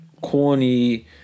corny